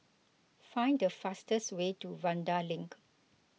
find the fastest way to Vanda Link